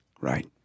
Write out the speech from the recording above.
Right